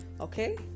Okay